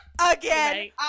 again